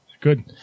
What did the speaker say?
Good